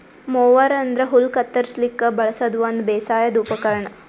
mower ಅಂದ್ರ ಹುಲ್ಲ್ ಕತ್ತರಸ್ಲಿಕ್ ಬಳಸದ್ ಒಂದ್ ಬೇಸಾಯದ್ ಉಪಕರ್ಣ್